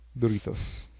Doritos